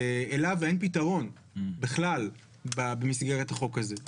שאליו אין פתרון בכלל, במסגרת החוק הזה.